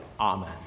Amen